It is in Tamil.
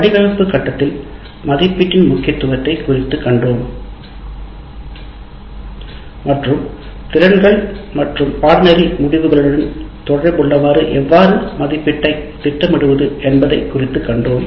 வடிவமைப்பு கட்டத்தில் மதிப்பீட்டின் சிக்கலை நாங்கள் உரையாற்றினோம் மற்றும் திறன்கள் மற்றும் பாடநெறி முடிவுகளுடன் எவ்வாறு மதிப்பீட்டைத் திட்டமிடுவது என்பதை குறித்து கண்டோம்